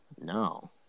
No